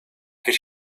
could